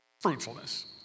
Fruitfulness